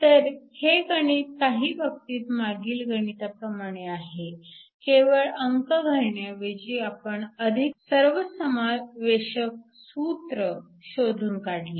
तर हे गणित काही बाबतीत मागील गणिताप्रमाणे आहे केवळ अंक घालण्याऐवजी आपण अधिक सर्वसमावेशक सुत्र शोधून काढले